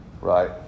Right